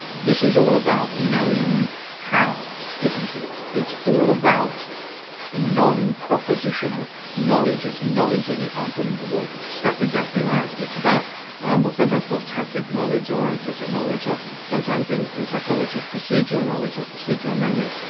this is all about knowing how, isn't it it's all about ah non-propositional knowledge, it's knowledge that you can't put into words. that's exactly right. it's about and what's sometimes called tacit knowledge or implicit knowledge, or sometimes in in psychology, procedural knowledge or procedural memory.